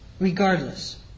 regardless